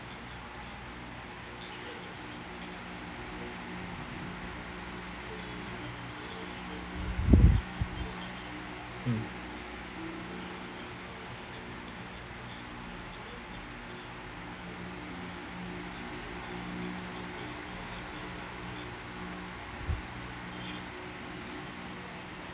mm